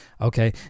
Okay